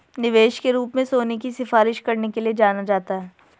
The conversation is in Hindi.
निवेश के रूप में सोने की सिफारिश करने के लिए जाना जाता है